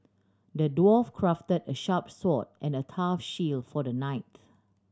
the dwarf crafted a sharp sword and a tough shield for the knights